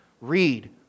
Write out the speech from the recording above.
Read